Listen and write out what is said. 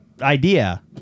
idea